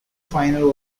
final